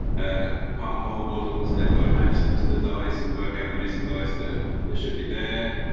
a pothole models and they've got a match them to the dyson workout. the missing dice there there should be there.